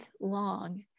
long